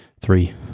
Three